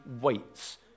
weights